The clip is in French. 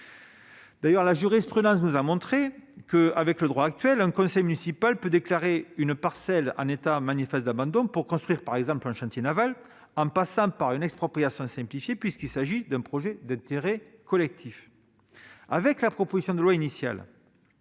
l'habitat. La jurisprudence nous a montré qu'en l'état actuel du droit un conseil municipal peut déclarer une parcelle en état d'abandon manifeste pour construire, par exemple, un chantier naval, en passant par une expropriation simplifiée, puisqu'il s'agit d'un projet d'intérêt collectif. Avec la proposition de loi initiale,